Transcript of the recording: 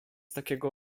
takiego